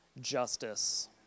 justice